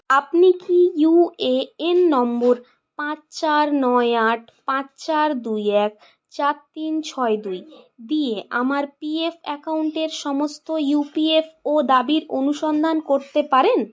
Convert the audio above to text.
আপনি কি UAN number পাঁচ চার নয় আট পাঁচ চার দুই এক চার তিন ছয় দুই দিয়ে আমার পিএফ অ্যাকাউন্টের সমস্ত ইপিএফও দাবির অনুসন্ধান করতে পারেন